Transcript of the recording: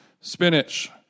Spinach